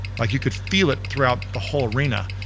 like you could feel it throughout the whole arena.